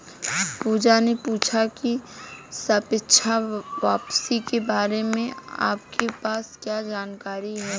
पूजा ने पूछा की सापेक्ष वापसी के बारे में आपके पास क्या जानकारी है?